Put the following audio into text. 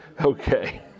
Okay